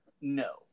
No